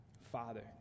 Father